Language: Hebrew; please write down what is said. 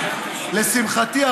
לשמחתי,